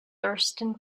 thurston